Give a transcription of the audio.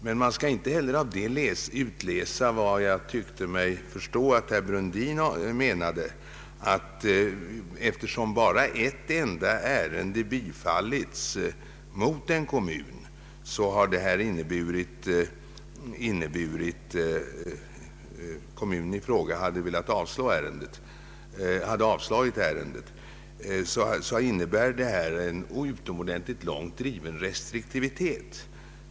Man skall dock inte heller därav utläsa vad jag tyckte mig förstå att herr Brundin menade, nämligen att en långt driven restriktivitet tilllämpas, eftersom bara ett enda ärende har bifallits mot en kommun, vilken i detta fall hade avslagit ansökan.